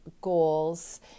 goals